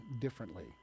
differently